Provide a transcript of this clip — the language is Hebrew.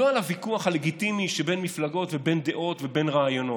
לא על הוויכוח הלגיטימי שבין מפלגות ובין דעות ובין רעיונות,